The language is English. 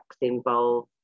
involve